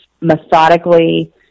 methodically